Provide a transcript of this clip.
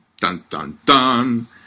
Dun-dun-dun